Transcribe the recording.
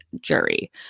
jury